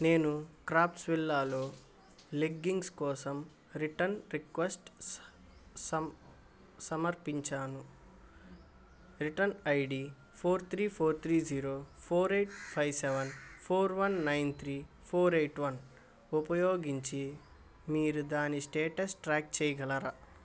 నేను క్రాఫ్ట్స్ విల్లాలో లెగ్గింగ్స్ కోసం రిటర్న్ రిక్వెస్ట్ సమ్ సమర్పించాను return ID four three four three zero four eight five seven four one nine three four eight one ఉపయోగించి మీరు దాని స్టేటస్ ట్రాక్ చేయగలరా